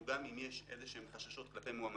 גם אם יש חששות כלפי מועמדים,